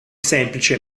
semplice